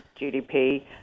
GDP